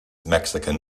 mexican